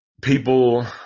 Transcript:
people